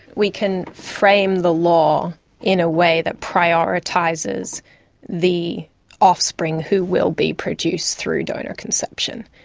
we can frame the law in a way that prioritises the offspring who will be produced through donor conception.